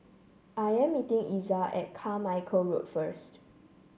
I am meeting Iza at Carmichael Road first